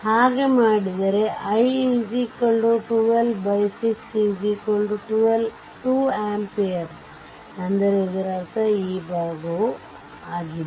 ಹಾಗೆ ಮಾಡಿದರೆ i 12 6 2 ampere ಅಂದರೆ ಇದರರ್ಥ ಈ ಭಾಗ ಆಗಿದೆ